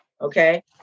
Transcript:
Okay